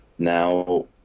Now